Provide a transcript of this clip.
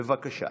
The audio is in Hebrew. בבקשה.